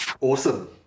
Awesome